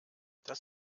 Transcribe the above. das